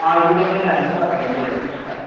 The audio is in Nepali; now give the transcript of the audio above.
अँ रिजार्भमै जाने हो नि त फेमिलीहरू पनि छ त